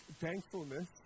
Thankfulness